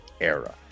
era